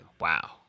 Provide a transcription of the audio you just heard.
Wow